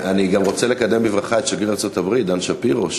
אני גם רוצה לקדם בברכה את שגריר ארצות-הברית דן שפירו,